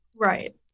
Right